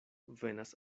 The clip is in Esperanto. venas